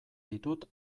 ditut